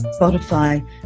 Spotify